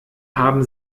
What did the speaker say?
haben